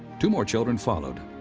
two more children followed,